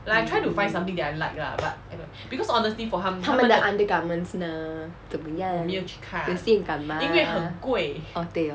mm 他们的 undergarments 呢着么样很性感吗 orh 对 hor